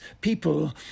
people